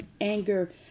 anger